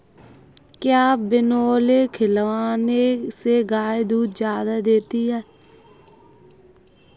क्या बिनोले खिलाने से गाय दूध ज्यादा देती है?